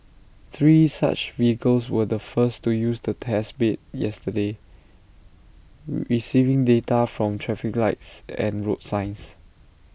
three such vehicles were the first to use the test bed yesterday receiving data from traffic lights and road signs